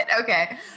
Okay